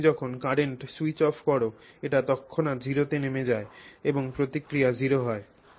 এবং তুমি যখন কারেন্ট স্যুইচ অফ কর এটি তৎক্ষণাৎ 0 তে নেমে যায় এবং প্রতিক্রিয়া 0 হয়